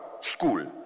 school